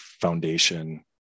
foundation